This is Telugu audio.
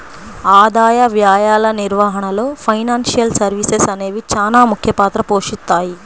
ఆదాయ వ్యయాల నిర్వహణలో ఫైనాన్షియల్ సర్వీసెస్ అనేవి చానా ముఖ్య పాత్ర పోషిత్తాయి